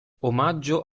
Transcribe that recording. omaggio